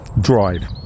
drive